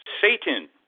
Satan